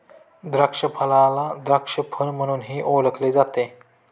द्राक्षफळाला द्राक्ष फळ म्हणूनही ओळखले जाते